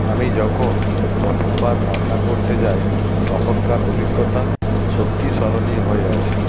আমি যখন প্রথমবার রান্না করতে যাই তখনকার অভিজ্ঞতা সত্যি স্মরণীয় হয়ে আছে